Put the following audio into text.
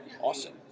awesome